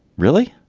really.